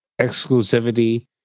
exclusivity